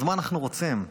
אז מה אנחנו רוצים?